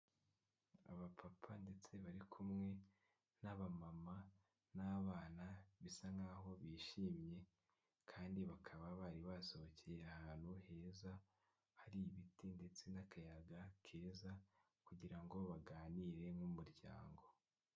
Abapapa ndetse bari kumwe n'abamama n'abana bisa nk'aho bishimye kandi bakaba bari basohokeye ahantu heza, hari ibiti ndetse n'akayaga keza kugira ngo baganire nk'umuryango.